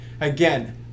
Again